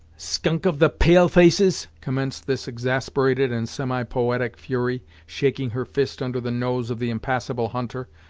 skunk of the pale-faces, commenced this exasperated and semi-poetic fury, shaking her fist under the nose of the impassable hunter,